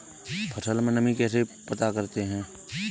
फसल में नमी कैसे पता करते हैं?